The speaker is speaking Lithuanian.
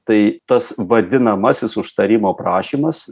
tai tas vadinamasis užtarimo prašymas